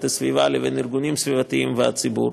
הסביבה לבין ארגונים סביבתיים והציבור,